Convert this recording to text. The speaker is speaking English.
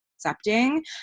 accepting